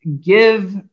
give